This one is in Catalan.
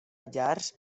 llars